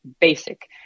basic